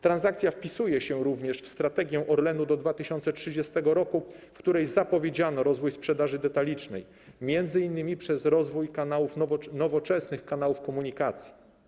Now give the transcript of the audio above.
Transakcja wpisuje się również w strategię Orlenu do 2030 r., w której zapowiedziano rozwój sprzedaży detalicznej, m.in. przez rozwój nowoczesnych kanałów komunikacji.